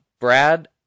Brad